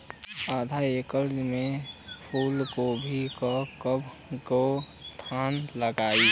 आधा एकड़ में फूलगोभी के कव गो थान लागी?